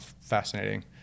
fascinating